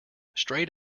straight